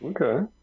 okay